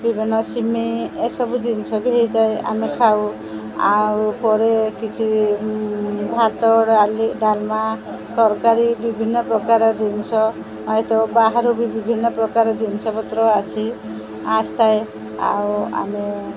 ବିଭିନ୍ନ ସିମେଇ ଏସବୁ ଜିନିଷ ବି ହେଇଥାଏ ଆମେ ଖାଉ ଆଉ ପରେ କିଛି ଭାତ ଡାଲି ଡାଲମା ତରକାରୀ ବିଭିନ୍ନ ପ୍ରକାର ଜିନିଷ ଖାଇଥାଉ ବାହାରୁ ବି ବିଭିନ୍ନ ପ୍ରକାର ଜିନିଷପତ୍ର ଆସି ଆସିଥାଏ ଆଉ ଆମେ